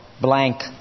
blank